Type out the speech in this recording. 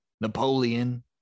Napoleon